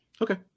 Okay